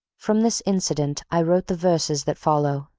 from this incident i wrote the verses that follow